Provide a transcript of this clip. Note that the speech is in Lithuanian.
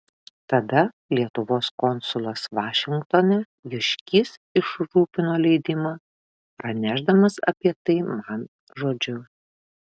tada lietuvos konsulas vašingtone juškys išrūpino leidimą pranešdamas apie tai man žodžiu